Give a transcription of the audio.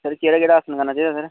sir केह्ड़ा केह्ड़ा आसन करना चाहिदा सर